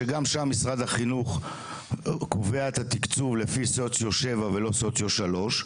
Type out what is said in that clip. שגם שם משרד החינוך קובע את התקצוב לפי סוציו שבע ולא סוציו שלוש,